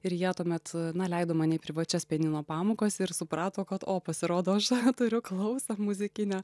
ir jie tuomet na leido mane į privačias pianino pamokas ir suprato kad o pasirodo aš turiu klausą muzikinę